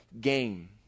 game